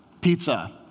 pizza